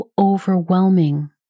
overwhelming